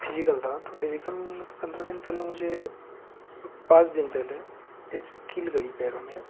physical था तो physical के पन्द्रह दिन पहले मुझे पाँच दिन पहले एक कील गड़ी पैरों में